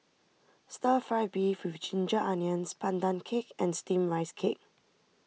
Stir Fry Beef with Ginger Onions Pandan Cake and Steamed Rice Cake